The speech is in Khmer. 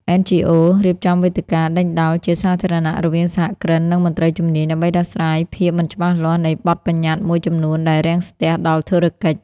NGOs រៀបចំវេទិកាដេញដោលជាសាធារណៈរវាងសហគ្រិន និងមន្ត្រីជំនាញ ដើម្បីដោះស្រាយភាពមិនច្បាស់លាស់នៃបទប្បញ្ញត្តិមួយចំនួនដែលរាំងស្ទះដល់ធុរកិច្ច។